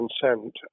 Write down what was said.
consent